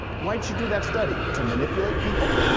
why'd she do that study? to manipulate people?